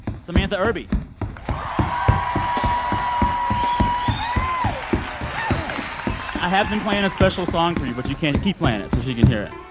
samantha irby i have been playing a special song for you, but you can't keep playing it so she can hear it